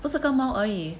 不是跟猫而已